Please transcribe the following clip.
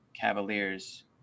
Cavaliers